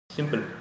Simple